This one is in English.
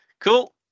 cool